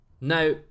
Now